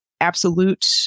absolute